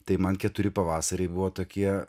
tai man keturi pavasarį buvo tokie